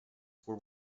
were